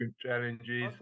challenges